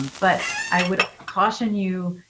but i would caution you,